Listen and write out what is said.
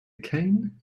cane